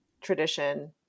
tradition